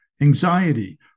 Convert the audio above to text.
anxiety